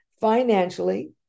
financially